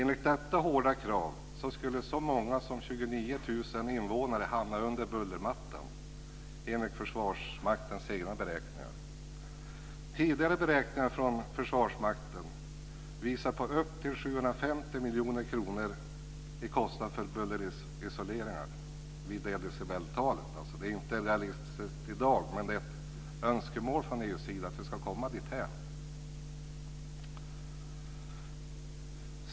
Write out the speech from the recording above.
Enligt detta hårda krav skulle så många som 29 000 invånare hamna under bullermattan, enligt Försvarsmaktens egna beräkningar. Tidigare beräkningar från Försvarsmakten visar på upp till 750 miljoner kronor i kostnad för bullerisoleringar vid det decibeltalet. Det är inte realistiskt i dag, men det är ett önskemål från EU:s sida att vi ska komma dithän.